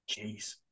jeez